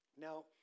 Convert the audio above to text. Now